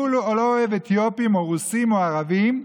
לא אוהב אתיופים או רוסים או ערבים,